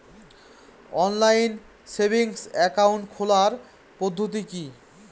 Online savings account খোলার পদ্ধতি কি?